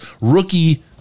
rookie